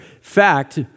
fact